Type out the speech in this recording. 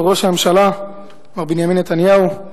ראש הממשלה מר בנימין נתניהו,